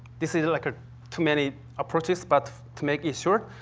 this is, like, ah too many approaches, but to make it short,